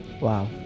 Wow